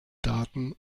daten